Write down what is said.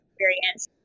experience